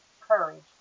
courage